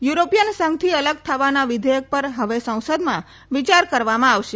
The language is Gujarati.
યુરોપીયન સંઘથી અલગ થવાના વિધેયક પર હવે સંસદમાં વિચાર કરવામાં આવશે